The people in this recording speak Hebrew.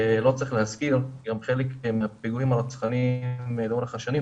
ולא צריך להזכיר גם חלק מהפיגועים הרצחניים לאורך השנים,